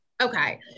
okay